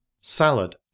Salad